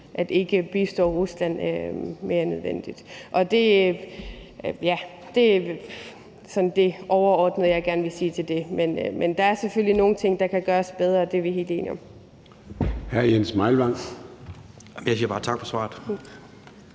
at bistå Rusland mere end nødvendigt. Det er sådan det overordnede, jeg gerne vil sige til det. Men der er selvfølgelig nogle ting, der kan gøres bedre; det er vi helt enige om.